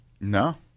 No